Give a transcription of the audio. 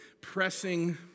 pressing